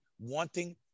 wanting